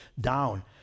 down